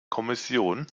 kommission